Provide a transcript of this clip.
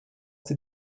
sie